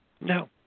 No